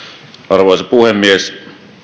arvoisa puhemies